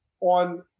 on